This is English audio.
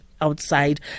outside